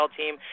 team